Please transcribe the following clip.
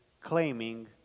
claiming